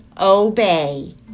obey